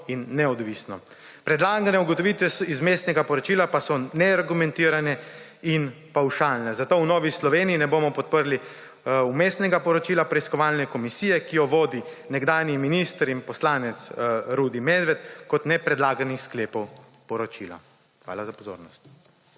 in neodvisno. Predlagane ugotovitve iz Vmesnega poročila pa so neargumentirane in pavšalne, zato v Novi Sloveniji ne bomo podprli Vmesnega poročila preiskovalne komisije, ki jo vodi nekdanji minister in poslanec Rudi Medved, kot tudi ne predlaganih sklepov poročila. Hvala za pozornost.